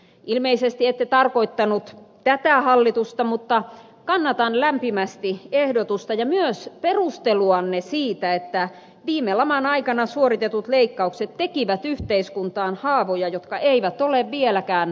ilmeisesti ette tarkoittanut tätä hallitusta mutta kannatan lämpimästi ehdotusta ja myös perusteluanne siitä että viime laman aikana suoritetut leikkaukset tekivät yhteiskuntaan haavoja jotka eivät ole vieläkään umpeutuneet